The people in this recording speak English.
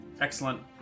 Excellent